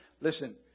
Listen